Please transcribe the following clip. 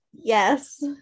Yes